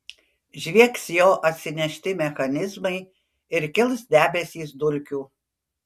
žviegs jo atsinešti mechanizmai ir kils debesys dulkių